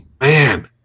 man